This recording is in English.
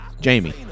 Jamie